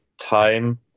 time